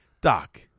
Doc